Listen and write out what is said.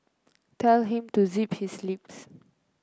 tell him to zip his lips